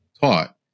taught